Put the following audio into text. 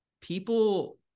people